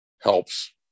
helps